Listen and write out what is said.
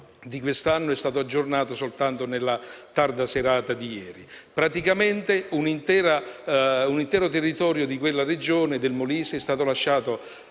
di quest'anno, è stato aggiornato soltanto nella tarda serata di ieri. Praticamente, un intero territorio della Regione Molise è stato lasciato